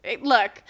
Look